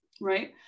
right